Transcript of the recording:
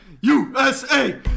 USA